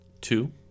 Two